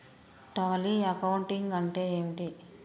Tally accounting అంటే ఏమిటి?